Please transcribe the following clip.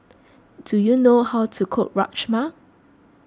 do you know how to cook Rajma